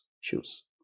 shoes